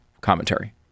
Commentary